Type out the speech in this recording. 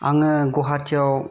आङो गुवाहाटिआव